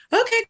okay